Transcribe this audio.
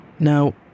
now